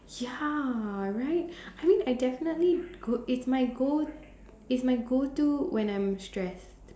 ya right I mean I definitely it is my go it is my go to when I'm stress